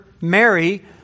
Mary